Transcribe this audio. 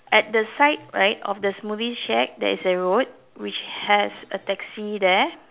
at the side right of the smoothie shack there is a road which has a taxi there